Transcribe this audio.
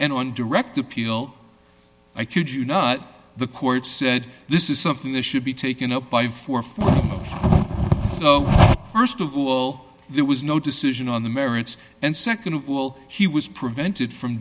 and on direct appeal i could you know the court said this is something that should be taken up by forty four first of all there was no decision on the merits and nd of all he was prevented from